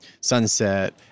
Sunset